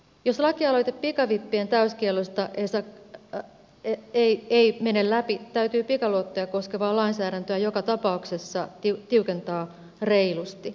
jos lakialoite pikavippien täyskiellosta ei mene läpi täytyy pikaluottoja koskevaa lainsäädäntöä joka tapauksessa tiukentaa reilusti